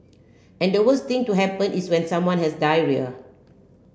and the worst thing to happen is when someone has diarrhoea